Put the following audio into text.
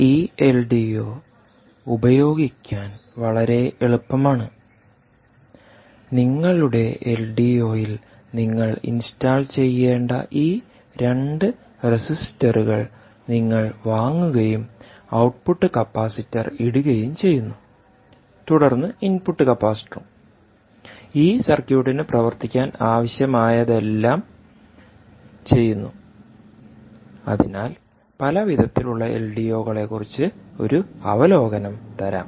ഈ എൽഡിഒ ഉപയോഗിക്കാൻ വളരെ എളുപ്പമാണ് നിങ്ങളുടെ എൽഡിഒയിൽ നിങ്ങൾ ഇൻസ്റ്റാൾ ചെയ്യേണ്ട ഈ 2 റെസിസ്റ്ററുകൾ നിങ്ങൾ വാങ്ങുകയും ഔട്ട്പുട്ട് കപ്പാസിറ്റർ ഇടുകയും ചെയ്യുന്നു തുടർന്ന് ഇൻപുട്ട് കപ്പാസിറ്ററും ഈ സർക്യൂട്ടിന് പ്രവർത്തിക്കാൻ ആവശ്യമായതെല്ലാം ചെയ്യുന്നു അതിനാൽ പല വിധത്തിലുള്ള എൽഡിഒ കളെക്കുറിച്ച് ഒരു അവലോകനം തരാം